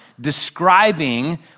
describing